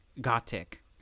Gothic